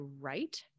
right